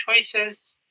choices